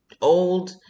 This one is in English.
old